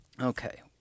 Okay